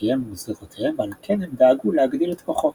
חוקיהם וגזרותיהם, ועל כן הם דאגו להגדיל את כוחו.